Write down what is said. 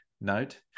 note